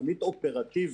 תוכנית אופרטיב,